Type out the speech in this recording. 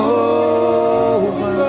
over